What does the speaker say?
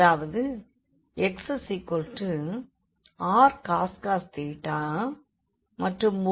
அதாவது x rcos மற்றும் y rsin